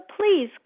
please